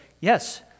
yes